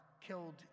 killed